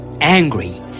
angry